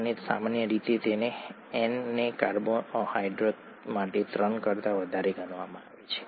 અને સામાન્ય રીતે n ને કાર્બોહાઇડ્રેટ માટે ત્રણ કરતા વધારે ગણવામાં આવે છે